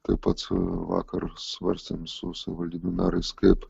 taip pat vakar svarstėm su savivaldybių merais kaip